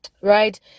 right